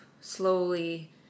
slowly